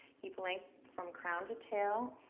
keep length from crown to tail.